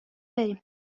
بریم